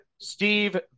Steve